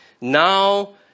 now